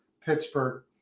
Pittsburgh